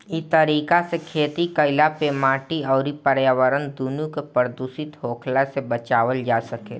इ तरीका से खेती कईला पे माटी अउरी पर्यावरण दूनो के प्रदूषित होखला से बचावल जा सकेला